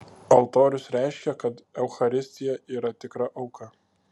altorius reiškė kad eucharistija yra tikra auka